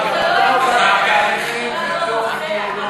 הכנסת אזולאי, זה התחיל מתוך אידיאולוגיה.